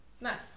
Nice